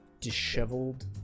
disheveled